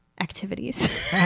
activities